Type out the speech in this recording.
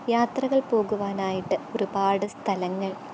യാത്രകൾ പോകുവാനായിട്ട് ഒരുപാട് സ്ഥലങ്ങൾ